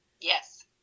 Yes